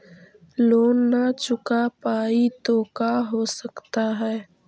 Loan न चुका पाई तो का हो सकता है?